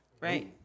right